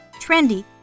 trendy